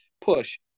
push